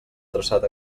traçat